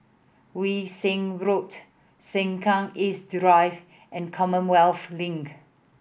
Yew Siang Road Sengkang East Drive and Commonwealth Link